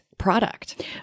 product